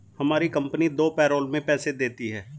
हमारी कंपनी दो पैरोल में पैसे देती है